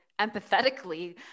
empathetically